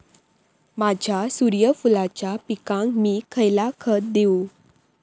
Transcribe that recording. माझ्या सूर्यफुलाच्या पिकाक मी खयला खत देवू?